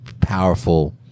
powerful